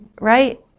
right